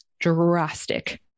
drastic